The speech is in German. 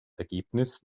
ergebnis